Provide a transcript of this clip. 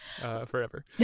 Forever